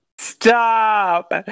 Stop